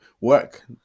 work